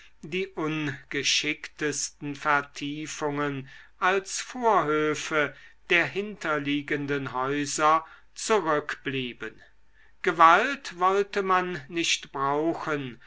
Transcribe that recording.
die ungeschicktesten vertiefungen als vorhöfe der hinterliegenden häuser zurückblieben gewalt wollte man nicht brauchen